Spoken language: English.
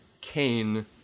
Kane